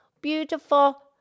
beautiful